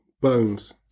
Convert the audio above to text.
Bones